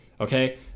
okay